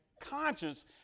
conscience